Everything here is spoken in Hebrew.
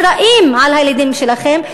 אחראים לילדים שלכם,